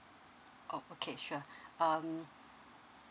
oh okay sure um